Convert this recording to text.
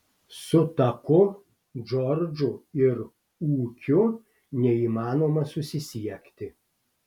su taku džordžu ir ūkiu neįmanoma susisiekti